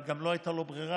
אבל לא הייתה לו ברירה,